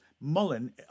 Mullen